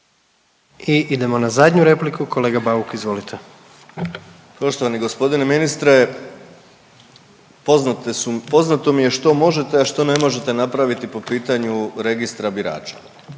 I idemo na zadnju repliku, kolega Bauk izvolite. **Bauk, Arsen (SDP)** Poštovani gospodine ministre poznate su, poznato mi je što možete, a što ne možete napraviti po pitanju Registra birača.